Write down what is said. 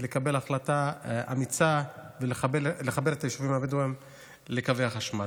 לקבל החלטה אמיצה ולחבר את היישובים הבדואיים לקווי החשמל.